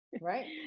right